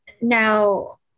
Now